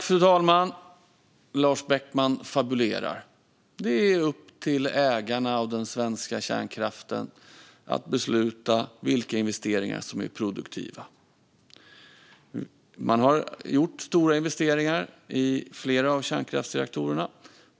Fru talman! Lars Beckman fabulerar. Det är upp till ägarna av den svenska kärnkraften att besluta vilka investeringar som är produktiva. Man har gjort stora investeringar i flera av kärnkraftsreaktorerna.